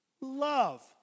love